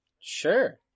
Sure